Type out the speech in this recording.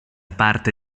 parte